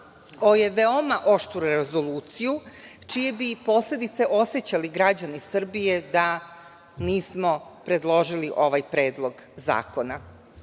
je veoma oštru rezoluciju čije bi posledice osećali građani Srbije da nismo predložili ovaj Predlog zakona. Dakle,